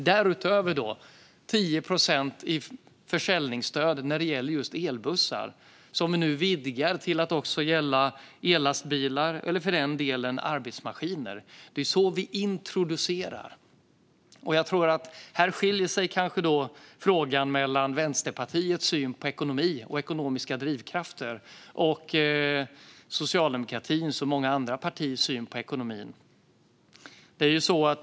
Därutöver har vi 10 procent i försäljningsstöd när det gäller elbussar, och vi vidgar nu detta till att också gälla ellastbilar och arbetsmaskiner. Det är så vi introducerar detta. Här skiljer sig kanske Vänsterpartiets syn på ekonomi och ekonomiska drivkrafter och socialdemokratins och många andra partiers syn på ekonomin.